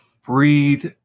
breathe